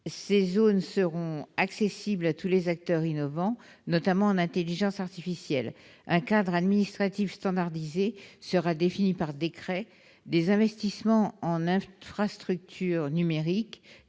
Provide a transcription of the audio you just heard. Ces zones seront accessibles à tous les acteurs innovants, notamment en intelligence artificielle. Un cadre administratif standardisé sera défini par décret. Des investissements en infrastructures numériques